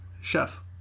Chef